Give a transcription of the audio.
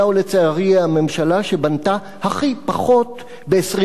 היא הממשלה שבנתה הכי פחות ב-20 השנה האחרונות.